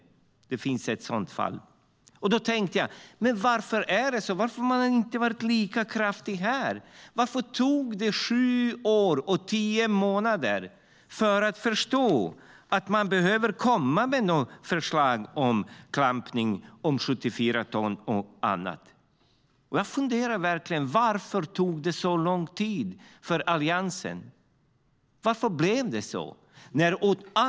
Det finns ett sådant fall. Då tänkte jag: Varför är det så här? Varför har man inte varit lika kraftfull här? Varför tog det sju år och tio månader att förstå att man behöver komma med ett förslag om klampning, om 74 ton och om annat? Jag funderade verkligen på varför det tog så lång tid för Alliansen. Varför blev det så?